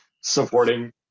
supporting